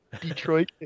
Detroit